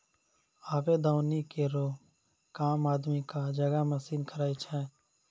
आबे दौनी केरो काम आदमी क जगह मसीन करै छै